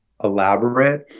elaborate